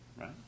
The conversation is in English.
right